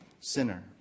sinner